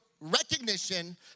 recognition